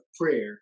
prayer